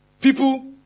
people